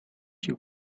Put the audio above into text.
you